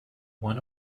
one